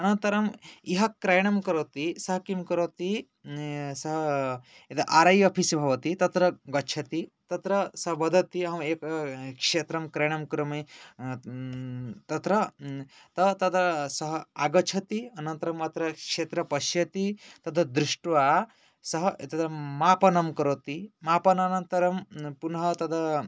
अनन्तरं यः क्रयणं करोति सः किं करोति सः आर् ऐ आफीस् भवति तत्र गच्छति तत्र सः वदति अहम् एकं क्षेत्रं क्रयणं करोमि तत्र सः तदा सः आगच्छति अनन्तरं अत्र क्षेत्रं पश्यति तत् दृष्ट्वा सः एतत् मापनं करोति मापनानन्तरं पुनः तत्